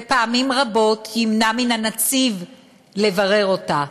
ופעמים רבות ימנע מהנציב לברר אותה.